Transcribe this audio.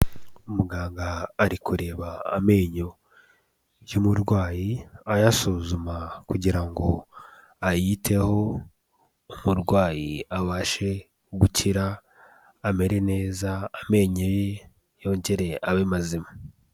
Umuganga ari kureba amenyo y'umurwayi ayasuzuma kugira ngo ayiteho, umurwayi abashe gukira amere neza amenyo ye yongere abe mazima.